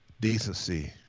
decency